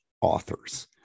authors